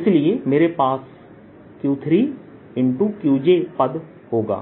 इसलिए मेरे पास Q3Qjपद होगा